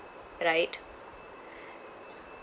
right